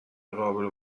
قابل